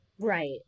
Right